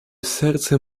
serce